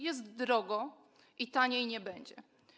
Jest drogo i taniej nie będzie.